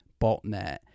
botnet